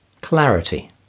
clarity